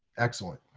excellent.